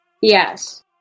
yes